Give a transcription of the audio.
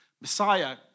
Messiah